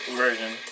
version